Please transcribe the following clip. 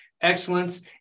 excellence